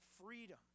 freedom